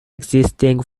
existing